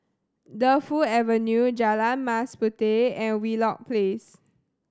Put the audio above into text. Defu Avenue Jalan Mas Puteh and Wheelock Place